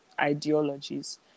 ideologies